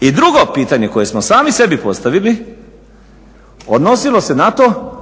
I drugo pitanje koje smo sami sebi postavili odnosilo se na to